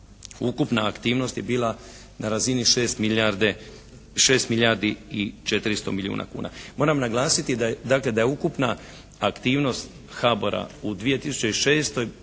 Ukupna aktivnost je bila na razini 6 milijardi i 400 milijuna kuna. Moram naglasiti dakle da je ukupna aktivnost HABOR-a u 2006.